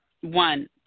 one